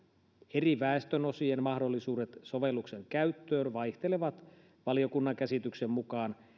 eri väestönosien mahdollisuudet sovelluksen käyttöön vaihtelevat valiokunnan käsityksen mukaan